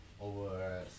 Over